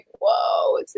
Whoa